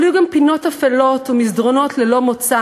אבל היו גם פינות אפלות ומסדרונות ללא מוצא